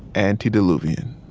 antediluvian.